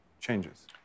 changes